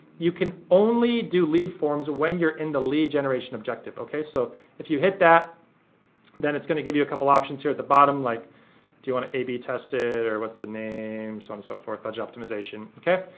you can only do lead forms when you're in the lead generation objective, okay? so if you hit that then it's gonna give you a couple options here at the bottom like do you wanna ab test it? or what's the name so on and so forth, budget optimization, okay?